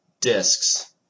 discs